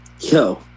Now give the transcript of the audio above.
Yo